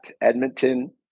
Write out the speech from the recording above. Edmonton